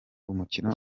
umukino